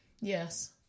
Yes